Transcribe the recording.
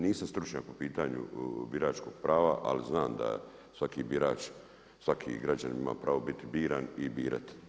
Nisam stručnjak po pitanju biračkog prava ali znam da svaki birač, svaki građanin ima pravo biti biran i birati.